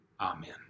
Amen